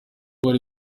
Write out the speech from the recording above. bari